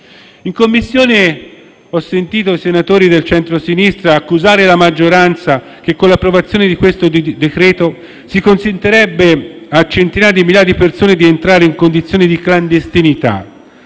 In Commissione ho sentito i senatori del centrosinistra accusare la maggioranza del fatto che, con la conversione di questo decreto-legge, si consentirebbe a centinaia di migliaia di persone di entrare in condizione di clandestinità.